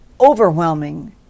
overwhelming